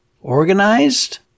organized